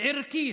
ערכית,